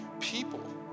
people